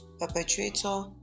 perpetrator